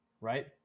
right